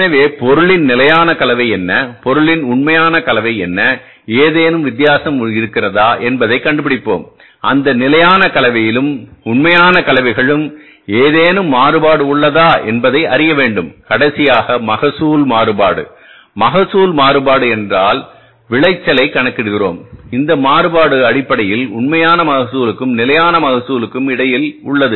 எனவே பொருளின் நிலையான கலவை என்ன பொருளின் உண்மையான கலவை என்ன ஏதேனும் வித்தியாசம் இருக்கிறதா என்பதைக் கண்டுபிடிப்போம் அந்த நிலையான கலவையிலும் உண்மையான கலவைகளும் ஏதேனும் மாறுபாடு உள்ளதா என்பதை அறிய வேண்டும் கடைசியாக மகசூல் மாறுபாடு மகசூல் மாறுபாடு என்னவென்றால் விளைச்சலை கணக்கிடுகிறோம் இந்த மாறுபாடு அடிப்படையில் உண்மையான மகசூலுக்கும் நிலையான மகசூலுக்கும் இடையில் உள்ளது